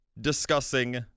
discussing